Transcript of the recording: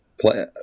Play